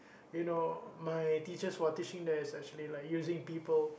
you know my teachers who are teaching there is actually like using people